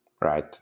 right